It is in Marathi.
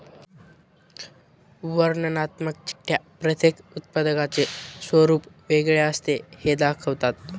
वर्णनात्मक चिठ्ठ्या प्रत्येक उत्पादकाचे स्वरूप वेगळे असते हे दाखवतात